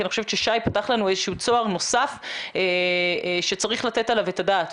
אני חושבת ששי פתח לנו איזשהו צוהר נוסף שצריך לתת עליו את הדעת.